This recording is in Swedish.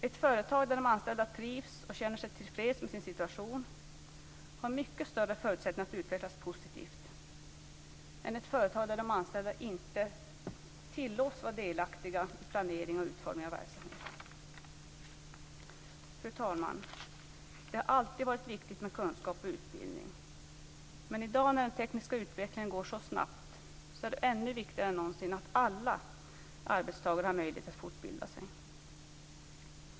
Ett företag där de anställda trivs och känner sig till freds med sin situation har mycket större förutsättningar att utvecklas positivt än ett företag där de anställda inte tillåts vara delaktiga i planering och utformning av verksamheten. Fru talman! Det har alltid varit viktigt med kunskap och utbildning. Men i dag, när den tekniska utvecklingen går så snabbt, är det viktigare än någonsin att alla arbetstagare har möjlighet att fortbilda sig.